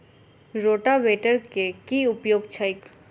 रोटावेटरक केँ उपयोग छैक?